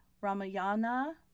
Ramayana